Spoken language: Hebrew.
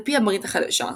על פי הברית החדשה,